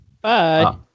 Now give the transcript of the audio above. Bye